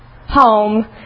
home